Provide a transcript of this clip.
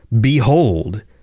behold